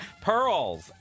Pearls